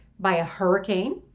by a hurricane.